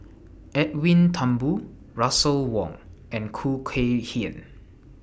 Edwin Thumboo Russel Wong and Khoo Kay Hian